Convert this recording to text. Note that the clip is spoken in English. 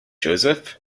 joseph